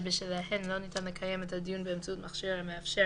שבשלהן לא ניתן לקיים את הדיון באמצעות מכשיר המאפשר